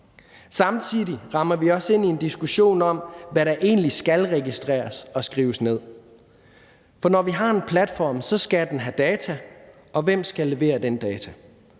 Samtidig rammer vi også ind i en diskussion om, hvad der egentlig skal registreres og skrives ned. For når vi har en platform, skal den have data. Hvem skal levere den data,